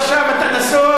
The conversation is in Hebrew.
עכשיו אתה נסוג,